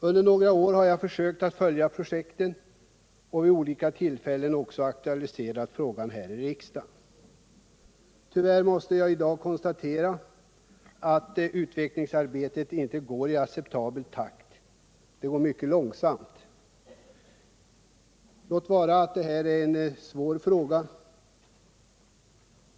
Under några år har jag försökt att följa projektet, och vid olika tillfällen har jag också aktualiserat frågan i riksdagen. Därför måste jag i dag konstatera att utvecklingsarbetet inte går i acceptabel takt — det går mycket långsamt. Låt vara att det är en svår fråga.